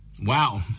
wow